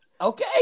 Okay